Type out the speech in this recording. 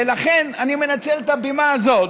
ולכן אני מנצל את הבימה הזאת,